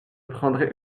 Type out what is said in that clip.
prendrai